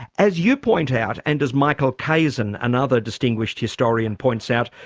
as you point out, and as michael kazin another distinguished historian points out,